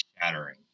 shattering